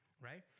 Right